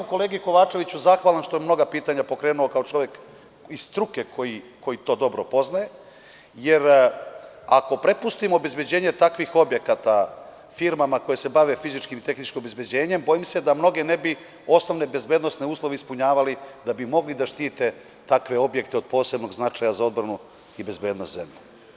Kolegi Kovačeviću sam zahvalan što je mnoga pitanja pokrenuo kao čovek iz struke koji to dobro poznaje, jer ako prepustimo obezbeđenje takvih objekata firmama koje se bave fizičkim i tehničkim obezbeđenjem, bojim se da mnoge ne bi osnovne bezbednosne uslove ispunjavali da bi mogli da štite takve objekte od posebnog značaja za odbranu i bezbednost zemlje.